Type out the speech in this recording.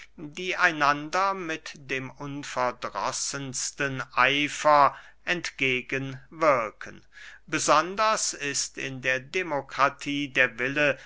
die einander mit dem unverdrossensten eifer entgegen wirken besonders ist in der demokratie der wille